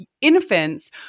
infants